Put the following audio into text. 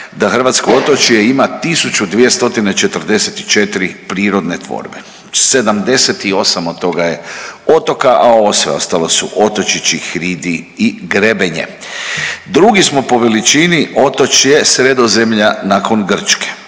da hrvatsko otočje ima 1.244 prirodne tvorbe, 78 od toga je otoka, a ovo sve ostalo su otočići, hridi i grebenje. Drugi smo po veličini otočje Sredozemlja nakon Grčke.